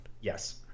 Yes